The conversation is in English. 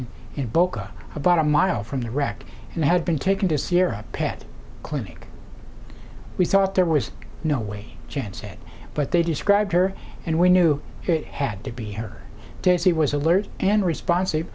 g in boca about a mile from the wreck and had been taken to sierra pet clinic we thought there was no way chance it but they described her and we knew it had to be her days he was alert and responsive